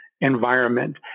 environment